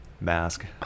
Mask